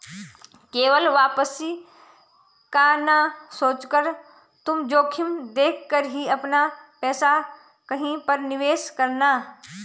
केवल वापसी का ना सोचकर तुम जोखिम देख कर ही अपना पैसा कहीं पर निवेश करना